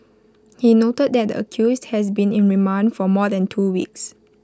he noted that the accused has been in remand for more than two weeks